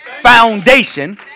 foundation